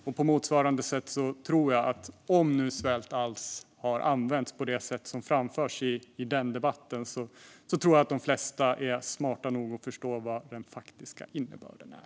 Om nu ordet svält alls har använts på det sätt som framförs i den debatten tror jag på motsvarande sätt att de flesta är smarta nog att förstå vilken den faktiska innebörden är.